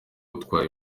utwaye